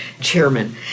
chairman